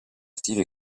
active